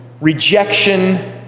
rejection